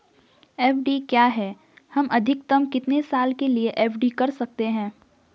FD क्या है हम अधिकतम कितने साल के लिए एफ.डी कर सकते हैं?